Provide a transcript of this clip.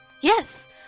Yes